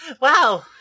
Wow